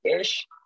ish